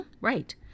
Right